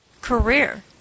career